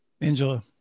Angela